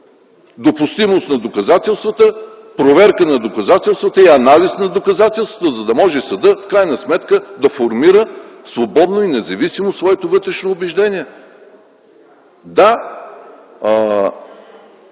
допустимост на доказателствата, проверка на доказателствата и анализ на доказателствата, за да може съдът в крайна сметка да формира свободно и независимо своето вътрешно убеждение. Да,